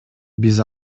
биз